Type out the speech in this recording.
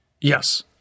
Yes